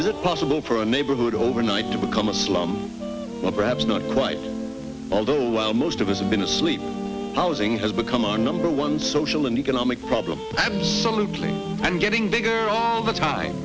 it possible for a neighborhood overnight to become a slum perhaps not quite although most of us have been asleep housing has become our number one social and economic problem absolutely and getting bigger all the time